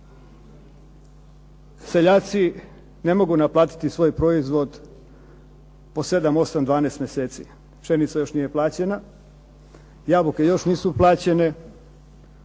seljaci ne mogu naplatiti svoj proizvod po 7, 8, 12 mjeseci. Pšenica još nije plaćena, jabuke još nisu plaćene,